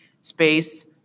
space